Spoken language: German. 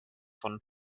von